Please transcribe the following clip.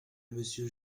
monsieur